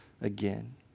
again